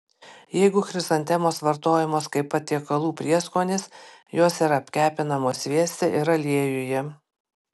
jeigu chrizantemos vartojamos kaip patiekalų prieskonis jos yra apkepinamos svieste ir aliejuje